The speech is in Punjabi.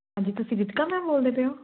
ਹਾਂਜੀ ਤੁਸੀਂ ਰੀਤਿਕਾ ਮੈਮ ਬੋਲਦੇ ਪਏ ਹੋ